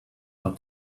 are